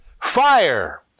fire